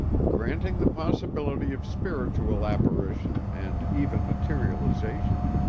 granting the possibility of spiritual apparition and even materialization,